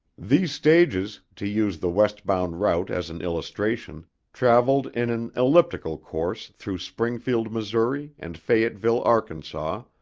these stages to use the west-bound route as an illustration traveled in an elliptical course through springfield, missouri, and fayetteville, arkansas,